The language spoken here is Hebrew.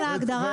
סגרנו את העניין.